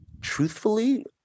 Truthfully